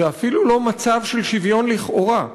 זה אפילו לא מצב של שוויון לכאורה,